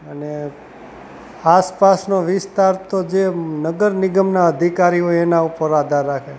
અને આસપાસનો વિસ્તાર તો જે નગર નિગમના અધિકારીઓ હોય એના ઉપર આધાર રાખે